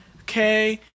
Okay